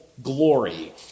glory